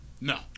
No